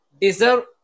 deserve